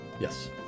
Yes